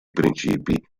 principi